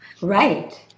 Right